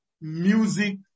music